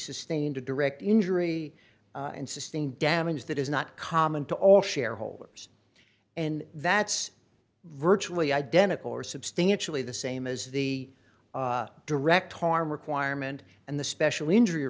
sustained a direct injury and sustained damage that is not common to all shareholders and that's virtually identical or substantially the same as the direct harm requirement and the special injury